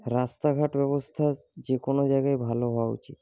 রাস্তাঘাট ব্যবস্থা যেকোনো জায়গায় ভালো হওয়া উচিত